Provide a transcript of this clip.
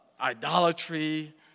idolatry